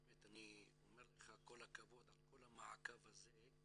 באמת אני אומר לך כל הכבוד על המעקב הזה,